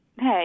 Hey